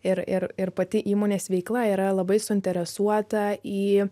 ir ir ir pati įmonės veikla yra labai suinteresuota į